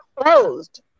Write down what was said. closed